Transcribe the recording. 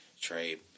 Trade